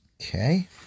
Okay